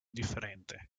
differente